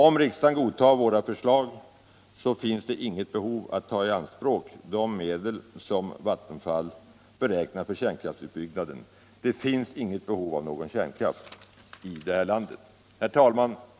Om riksdagen godtar våra förslag finns det inget behov av att ta i anspråk de medel som Vattenfall beräknar för kärnkraftsutbyggnaden. Det finns inget behov av någon kärnkraft i det här landet. Herr talman!